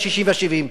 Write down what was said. וה-60 וה-70,